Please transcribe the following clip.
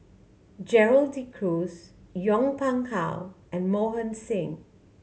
Gerald De Cruz Yong Pung How and Mohan Singh